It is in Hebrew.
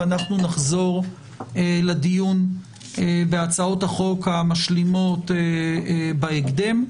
ואנחנו נחזור לדיון בהצעות החוק המשלימות בהקדם.